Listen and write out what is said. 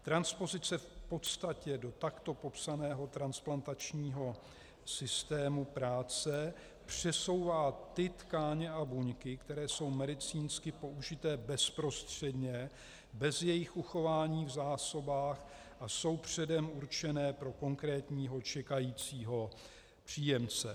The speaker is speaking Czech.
Transpozice v podstatě do takto popsaného transplantačního systému práce přesouvá ty tkáně a buňky, které jsou medicínsky použité bezprostředně bez jejich uchování v zásobách a jsou předem určené pro konkrétního čekajícího příjemce.